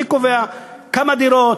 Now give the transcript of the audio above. אני קובע כמה דירות,